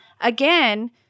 Again